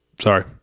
sorry